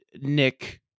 Nick